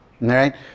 right